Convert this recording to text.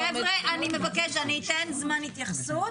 חבר'ה, אני מבקשת, אני אתן זמן התייחסות.